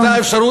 את האפשרות,